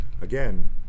Again